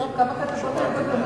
כמה כתבות היו בעיתונות העברית.